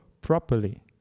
properly